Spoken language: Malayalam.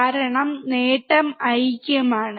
കാരണം നേട്ടം ഐക്യമാണ്